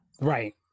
right